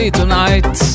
tonight